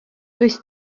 does